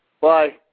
Bye